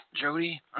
Jody